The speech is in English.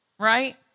right